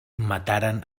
mataren